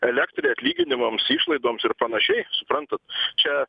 elektrai atlyginimams išlaidoms ir panašiai suprantat čia